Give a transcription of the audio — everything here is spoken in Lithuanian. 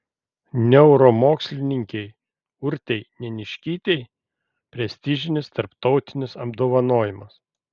neuromokslininkei urtei neniškytei prestižinis tarptautinis apdovanojimas